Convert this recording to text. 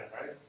right